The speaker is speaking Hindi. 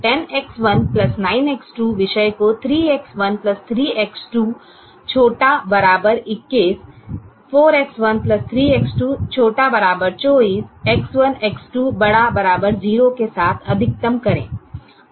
10X1 9X2 विषय को 3X13X2 ≤ 21 4X13X2 ≤ 24 X1 X2 ≥ 0 के साथ अधिकतम करें